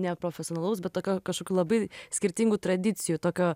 ne profesionalaus bet tokio kažkokių labai skirtingų tradicijų tokio